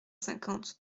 cinquante